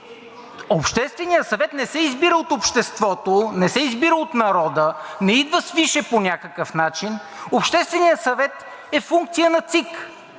Общественият съвет не се избира от обществото, не се избира от народа, не идва свише по някакъв начин, Общественият съвет е функция на ЦИК.